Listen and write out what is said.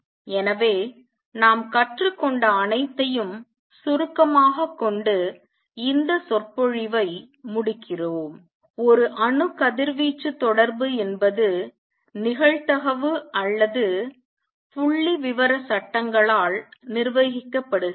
எனவே நாம் கற்றுக்கொண்ட அனைத்தையும் சுருக்கமாகக் கொண்டு இந்த சொற்பொழிவை முடிக்கிறோம் 1 அணு கதிர்வீச்சு தொடர்பு என்பது நிகழ்தகவு அல்லது புள்ளிவிவர சட்டங்களால் நிர்வகிக்கப்படுகிறது